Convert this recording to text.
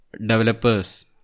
developers